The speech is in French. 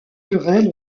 querelles